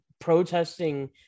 protesting